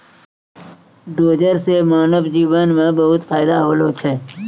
dozer सें मानव जीवन म बहुत फायदा होलो छै